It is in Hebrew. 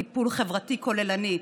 טיפול חברתי כוללני.